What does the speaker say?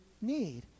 need